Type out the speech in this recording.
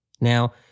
Now